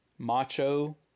Macho